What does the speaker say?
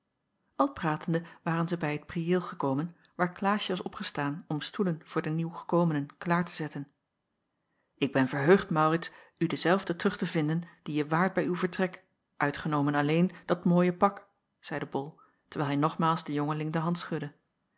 al pratende waren zij bij het priëel gekomen waar klaasje was opgestaan om stoelen voor de nieuwgekomenen klaar te zetten ik ben verheugd maurits u denzelfden terug te vinden die je waart bij uw vertrek uitgenomen alleen dat mooie pak zeide bol terwijl hij nogmaals den jongeling de hand schudde